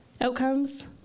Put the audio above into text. outcomes